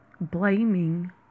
blaming